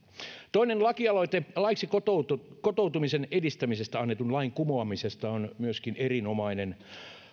toinen lakialoite lakialoite laiksi kotoutumisen edistämisestä annetun lain kumoamisesta on erinomainen